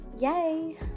yay